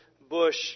bush